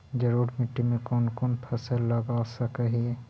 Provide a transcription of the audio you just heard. जलोढ़ मिट्टी में कौन कौन फसल लगा सक हिय?